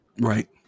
Right